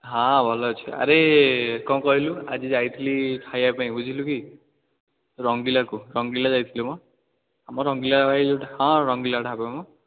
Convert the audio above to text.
ହଁ ଭଲ ଅଛି ଆରେ କ'ଣ କହିଲୁ ଆଜି ଯାଇଥିଲି ଖାଇବା ପାଇଁ ବୁଝିଲୁ କି ରଙ୍ଗିଲାକୁ ରଙ୍ଗିଲା ଯାଇଥିଲି ମ ଆମ ରଙ୍ଗିଲା ଭାଇ ଯେଉଁଠି ହଁ ରଙ୍ଗିଲା ଢ଼ାବା ମ